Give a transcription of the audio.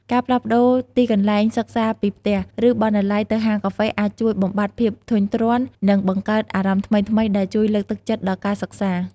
ការផ្លាស់ប្ដូរទីកន្លែងសិក្សាពីផ្ទះ ឬបណ្ណាល័យទៅហាងកាហ្វេអាចជួយបំបាត់ភាពធុញទ្រាន់ និងបង្កើតអារម្មណ៍ថ្មីៗដែលជួយលើកទឹកចិត្តដល់ការសិក្សា។